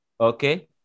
okay